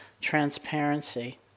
transparency